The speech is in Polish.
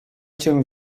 cię